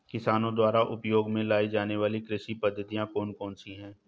किसानों द्वारा उपयोग में लाई जाने वाली कृषि पद्धतियाँ कौन कौन सी हैं?